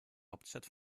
hauptstadt